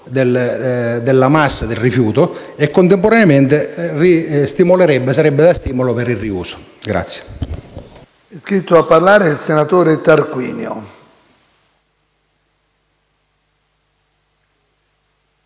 della massa del rifiuto e contemporaneamente sarebbe da stimolo per il riuso.